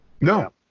no